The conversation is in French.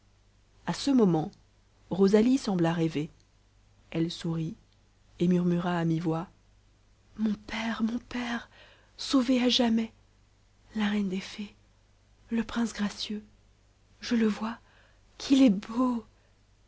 a ce moment rosalie sembla rêver elle sourit et murmura à mi-voix mon père mon père sauvé à jamais la reine des fées le prince gracieux je le vois qu'il est beau